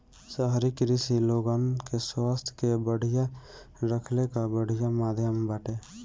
शहरी कृषि लोगन के स्वास्थ्य के बढ़िया रखले कअ बढ़िया माध्यम बाटे